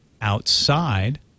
outside